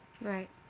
Right